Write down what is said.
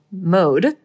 mode